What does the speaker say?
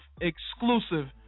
exclusive